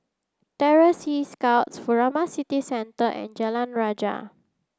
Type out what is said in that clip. Terror Sea Scouts Furama City Centre and Jalan Rajah